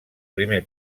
primer